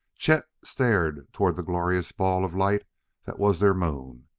chet stared toward the glorious ball of light that was their moon.